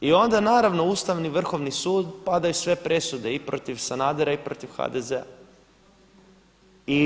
I onda naravno Ustavni, Vrhovni sud padaju sve presude i protiv Sanadera i protiv HDZ-a.